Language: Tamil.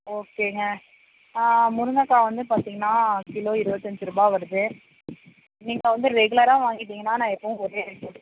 ஓகேங்க முருங்கைக்கா வந்து பார்த்தீங்கன்னா கிலோ இருபத்தஞ்சு ரூபாய் வருது நீங்கள் வந்து ரெகுலராக வாங்கிவிட்டீங்கன்னா நான் எப்பவும் ஒரே ரேட்டு போட்டுக்குவேன்